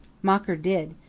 mocker did.